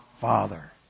Father